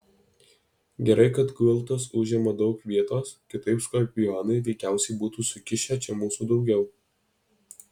gerai kad gultas užima daug vietos kitaip skorpionai veikiausiai būtų sukišę čia mūsų daugiau